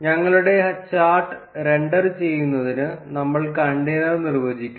ഞങ്ങളുടെ chart render ചെയ്യുന്നതിന് നമ്മൾ കണ്ടെയ്നർ നിർവ്വചിക്കുന്നു